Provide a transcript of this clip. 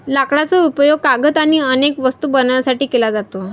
लाकडाचा उपयोग कागद आणि अनेक वस्तू बनवण्यासाठी केला जातो